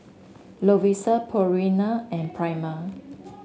Lovisa Purina and Prima